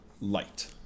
Light